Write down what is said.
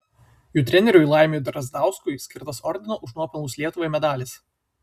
jų treneriui laimiui drazdauskui skirtas ordino už nuopelnus lietuvai medalis